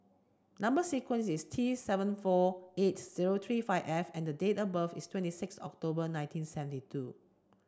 number sequence is T six seven four eight zero three five F and date of birth is twenty six October nineteen seventy two